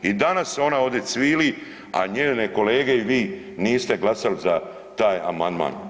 I danas ona ovdje cvili, a njene kolege i vi niste glasali za taj amandman.